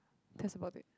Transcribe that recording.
that's about it